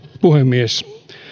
puhemies